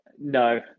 no